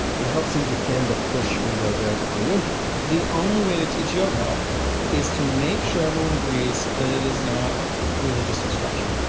it helps him defend a push for yoga in india the only way to teach yoga is to make sure everyone agrees that it is not religious instruction.